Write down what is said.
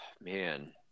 Man